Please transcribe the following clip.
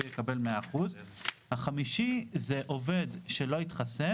אז הוא יקבל 100%. החמישי זה עובד שלא התחסן